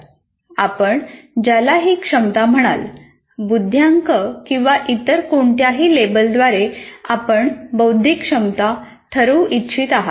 आपण ज्याला ही क्षमता म्हणाल बुद्ध्यांक किंवा इतर कोणत्याही लेबलद्वारे आपण बौद्धिक क्षमता ठरवू इच्छित आहात